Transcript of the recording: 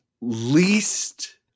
least